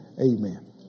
amen